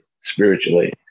spiritually